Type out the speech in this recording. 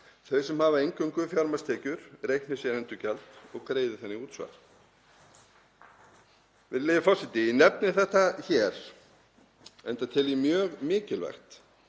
þau sem hafa eingöngu fjármagnstekjur reikni sér endurgjald og greiði þannig útsvar. Virðulegi forseti. Ég nefni þetta hér enda tel ég mjög mikilvægt